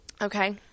Okay